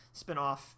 spinoff